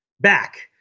back